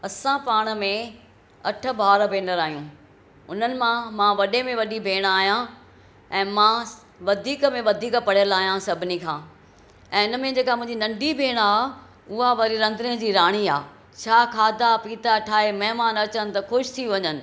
असां पाण में अठ भाउर भेनर आहियूं उन्हनि मां वॾे में वॾी भेण आहियां ऐं मां वधीक में वधीक पढ़ियल आहियां सभिनी खां ऐं हिन में जेका मुंहिंजी नंढी भेण आहे उहा वरी रंधिणे जी राणी आहे छा खाधा पीता ठाहे महिमान अचनि त ख़ुशि थी वञनि